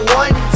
one